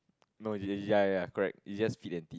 no ya ya correct he just speak it